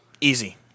Easy